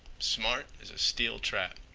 smart as a steel trap.